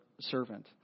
servant